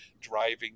driving